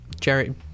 Jerry